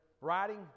riding